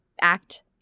act